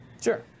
Sure